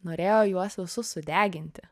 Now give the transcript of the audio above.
norėjo juos visus sudeginti